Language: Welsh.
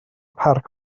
parc